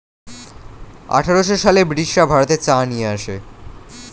আঠারোশো সালে ব্রিটিশরা ভারতে চা নিয়ে আসে